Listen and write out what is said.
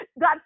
God